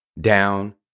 down